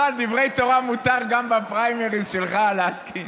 על דברי תורה מותר גם בפריימריז שלך להסכים.